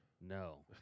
No